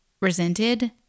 resented